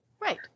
right